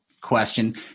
question